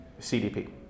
CDP